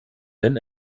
wenn